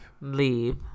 Leave